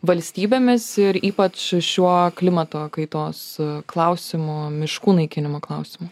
valstybėmis ir ypač šiuo klimato kaitos klausimu miškų naikinimo klausimu